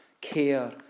care